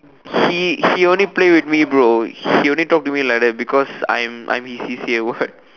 he he only play with me bro he only talk to me like that because I'm I'm his C_C_A ward